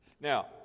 now